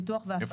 פיתוח והפקה.